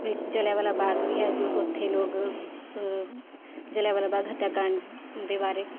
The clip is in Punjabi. ਇੱਕ ਜਲ੍ਹਿਆਂਵਾਲਾ ਬਾਗ ਵੀ ਹੈ ਜੋ ਉੱਥੇ ਲੋਕ ਜਲ੍ਹਿਆਂਵਾਲਾ ਬਾਗ ਹੱਤਿਆ ਕਾਂਡ ਦੇ ਬਾਰੇ